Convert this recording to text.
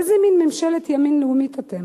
איזה מין ממשלת ימין לאומית אתם?